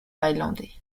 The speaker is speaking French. thaïlandais